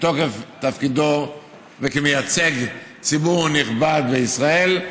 מתוקף תפקידו וכמייצג ציבור נכבד בישראל,